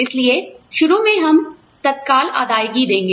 इसलिए शुरू में हम तत्काल अदायगी देंगे